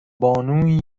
بانویی